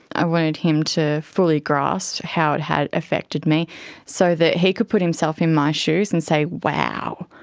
i wanted him to fully grasp how it had affected me so that he could put himself in my shoes and say, wow,